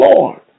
Lord